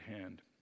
hand